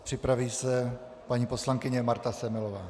Připraví se paní poslankyně Marta Semelová.